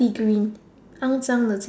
ty green 肮脏的